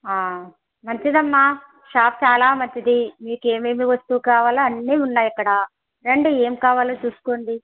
మంచిదమ్మా షాప్ చాలా మంచిది మీకు ఏమేమి వస్తువు కావాలో అన్ని ఉన్నాయి ఇక్కడ రండి ఏం కావాలో చూసుకోండి